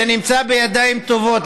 זה נמצא בידיים טובות,